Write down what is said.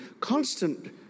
constant